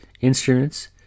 instruments